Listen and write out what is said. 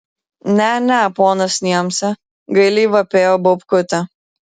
ne ne ponas niemce gailiai vapėjo baubkutė